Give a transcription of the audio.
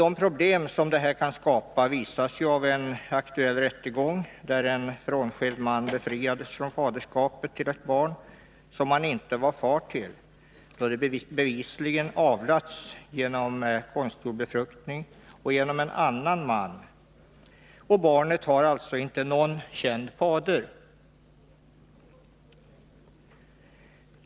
De problem detta kan skapa visas av en aktuell rättegång, vid vilken en frånskild man befriades från faderskapet till ett barn som han inte var far till, då det bevisligen avlats genom konstgjord befruktning och genom en annan man. Barnet har alltså inte någon känd fader.